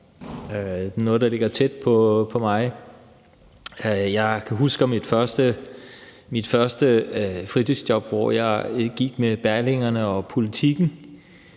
noget, der ligger mig nært. Jeg husker mit første fritidsjob, hvor jeg gik med Berlingeren og Politikken.